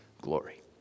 glory